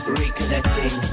reconnecting